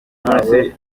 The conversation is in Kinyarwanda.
byoroshye